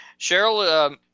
Cheryl –